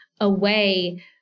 away